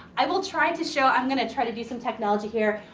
i will try and to show. i'm gonna try to do some technology here.